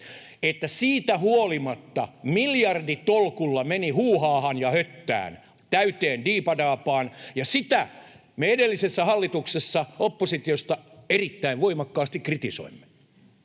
että siitä huolimatta miljarditolkulla meni huuhaahan ja höttään, täyteen diipadaapaan, ja sitä me edellisessä hallituksessa oppositiosta erittäin voimakkaasti kritisoimme.